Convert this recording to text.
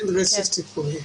אין רצף טיפולי.